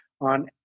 on